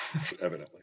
evidently